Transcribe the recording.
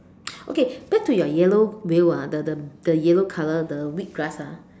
okay back to your yellow wheel ah the the the yellow color the wheat grass ah